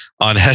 on